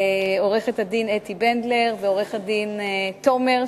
עורכת-הדין אתי בנדלר ועורך-הדין תומר,